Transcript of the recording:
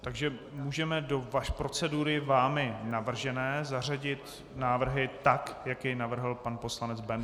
Takže můžeme do procedury vámi navržené zařadit návrhy tak, jak je navrhl pan poslanec Bendl.